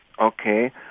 Okay